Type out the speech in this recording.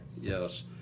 Yes